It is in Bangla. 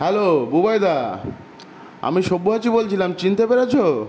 হ্যালো বুবাই দা আমি সব্যসাচী বলছিলাম চিনতে পেরেছো